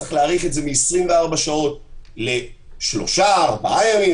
צריך להאריך את זה מ-24 שעות לשלושה-ארבעה ימים,